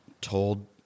Told